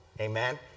amen